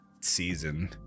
Season